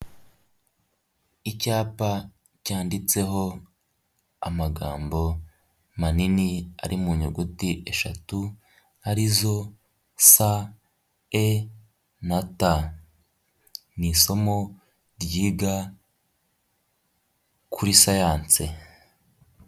Icyapa cyanditseho amagambo manini ari mu nyuguti eshatu arizo sa, e na ta, ni isomo ryiga kuri siyansi.